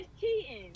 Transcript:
cheating